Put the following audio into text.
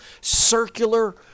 circular